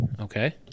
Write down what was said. Okay